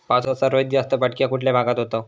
पावसाचा सर्वाधिक जास्त फटका कुठल्या भागात होतो?